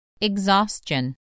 Exhaustion